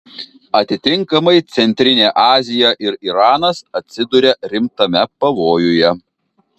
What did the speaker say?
atitinkamai centrinė azija ir iranas atsiduria rimtame pavojuje